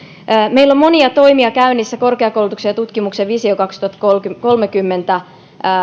meillä on monia toimia käynnissä korkeakoulutuksen ja tutkimuksen visio kaksituhattakolmekymmentän